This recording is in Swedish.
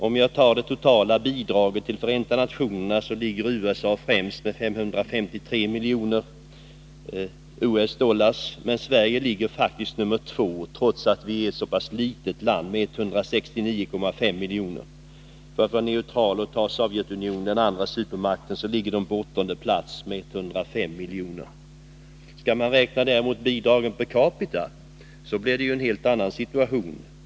I fråga om det totala bidraget till Förenta nationerna ligger USA främst med 553 miljoner dollar, men Sverige kommer, trots att det är ett så pass litet land, tvåa med 169,5 miljoner dollar. Sovjetunionen, den andra supermakten, ligger på åttonde plats med 105 miljoner dollar. Räknar man däremot bidraget per capita blir situationen en annan.